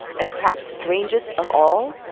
and perhaps strangest of all,